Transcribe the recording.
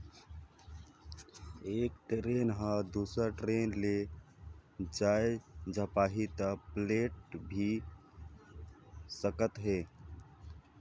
एक टरेन ह दुसर टरेन ले जाये झपाही त पलेट भी सकत हे